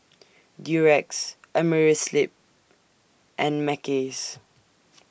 Durex Amerisleep and Mackays